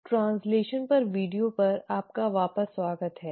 तो ट्रैन्स्लैशन पर वीडियो पर आपका वापस स्वागत है